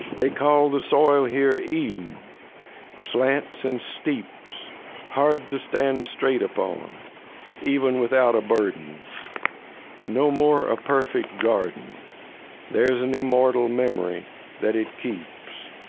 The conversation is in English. they call the soil here eden slants and steeps hard to stand straight upon even without a burden no more a perfect garden there's an immortal memory that it keeps